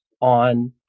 on